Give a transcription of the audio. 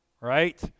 right